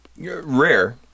Rare